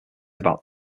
about